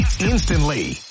instantly